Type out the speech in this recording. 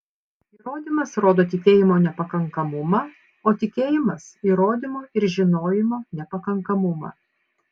įrodymas rodo tikėjimo nepakankamumą o tikėjimas įrodymo ir žinojimo nepakankamumą